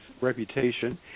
reputation